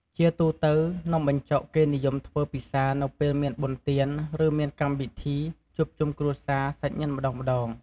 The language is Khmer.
ជាទូទៅ នំបញ្ចុកគេនិយមធ្វើពិសានៅពេលមានបុណ្យទានឬមានកម្មវិធីជួបជុំគ្រួសារសាច់ញាតិម្តងៗ។